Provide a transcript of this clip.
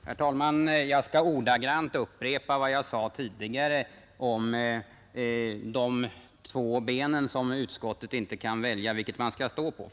Herr talman! Jag skall ordagrant upprepa vad jag sade tidigare om de två benen som utskottet inte kan välja vilket man skall stå på.